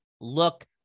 look